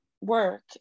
work